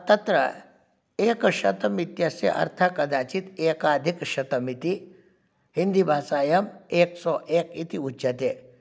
तत्र एकशतम् इत्यस्य अर्थः कदाचित् एकाधिकशतम् इति हिन्दीभाषायाम् एक्सो एक् इति उच्यते